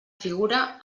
figure